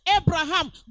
Abraham